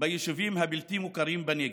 ביישובים הבלתי-מוכרים בנגב,